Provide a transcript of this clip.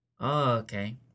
Okay